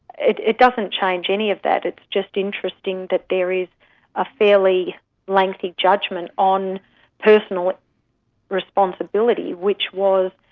it it doesn't change any of that. it's just interesting that there is a fairly lengthy judgment on personal responsibility, which was,